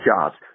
jobs